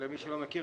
למי שלא מכיר,